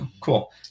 Cool